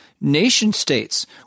nation-states